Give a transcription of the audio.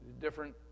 different